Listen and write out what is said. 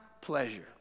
pleasure